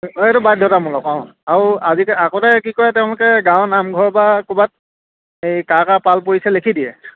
অঁ এইটো বাধ্যতামূলক অঁ আৰু আজি আগতে কি কৰে তেওঁলোকে গাঁৱৰ নামঘৰ বা ক'ৰবাত এই কাৰ কাৰ পাল পৰিছে লিখি দিয়ে